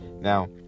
Now